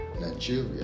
Nigeria